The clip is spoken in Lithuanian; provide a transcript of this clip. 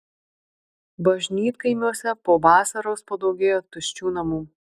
bažnytkaimiuose po vasaros padaugėja tuščių namų